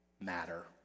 matter